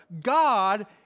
God